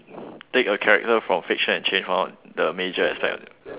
take a character from fiction and change one of the major aspect of it